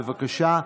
בבקשה.